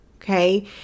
okay